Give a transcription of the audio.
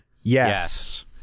Yes